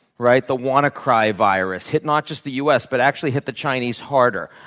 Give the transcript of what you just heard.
right? the wannacry virus hit not just the u. s. but actually hit the chinese harder.